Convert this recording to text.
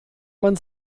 man